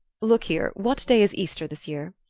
look here what day is easter this year?